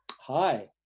Hi